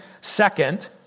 second